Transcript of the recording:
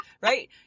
right